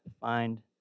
find